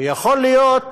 ויכול להיות